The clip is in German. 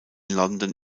london